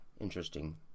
Interesting